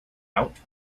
out